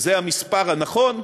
זה המספר הנכון,